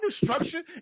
destruction